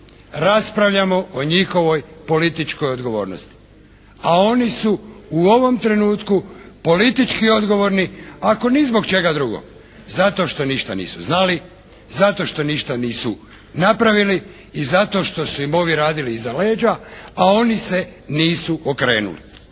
raspravljamo o njihovoj političkoj odgovornosti, a oni su u ovom trenutku politički odgovorni ako ni zbog čega drugog zato što ništa nisu znali, zato što ništa nisu napravili i zato što su im ovi radili iza leđa, a oni se nisu okrenuli.